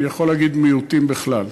אני יכול להגיד מיעוטים בכלל.